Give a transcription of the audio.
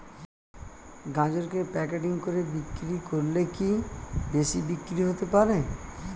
গাজরকে প্যাকেটিং করে বিক্রি করলে কি বেশি বিক্রি হতে পারে?